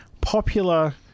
popular